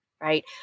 right